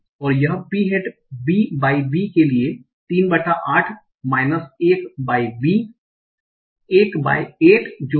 यह दिये हुए बी के लिए पी हैट बी बराबर 3 बटा 8 माइनस 1 बटा 8 जो की 2 बाय 8 होगा